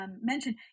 mentioned